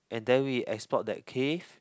and then we explored that cave